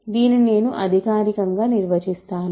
దీనిని నేను అధికారికంగా నిర్వచిస్తాను